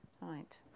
Right